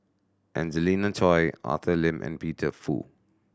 Angelina Choy Arthur Lim and Peter Fu